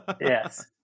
Yes